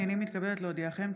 הינני מתכבדת להודיעכם,